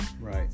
Right